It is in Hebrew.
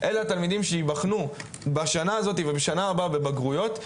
אלה התלמידים שייבחנו בשנה הזאת ובשנה הבאה בבגרויות.